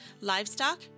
livestock